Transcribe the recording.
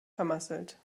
vermasselt